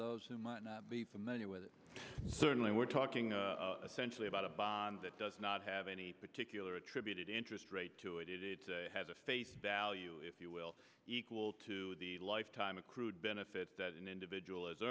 those who might not be familiar with it certainly we're talking essential about a bond that does not have any particular attributed interest rate to it it has a face value if you will equal to the lifetime accrued benefit that an individual